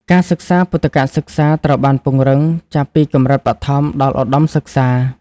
ការសិក្សាពុទ្ធិកសិក្សាត្រូវបានពង្រឹងចាប់ពីកម្រិតបឋមដល់ឧត្តមសិក្សា។